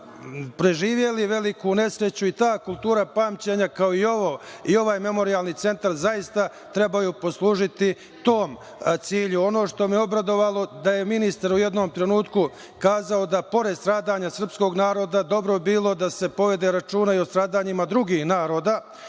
preživeli veliku nesreću i ta kultura pamćenja kao i ovaj Memorijalni centar zaista trebaju poslužiti tom cilju. Ono što me je obradovalo to je da je ministar u jednom trenutku rekao da posle stradanja srpskog naroda dobro bi bilo da se povede računa i o stradanjima drugih naroda,